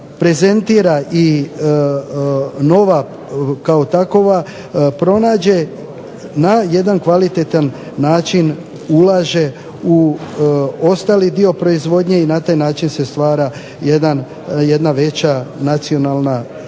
prezentira i nova kao takova pronađe na jedan kvalitetan način ulaže u ostali dio proizvodnje i na taj način se stvara jedna veća nacionalna dobit.